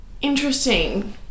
Interesting